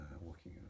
walking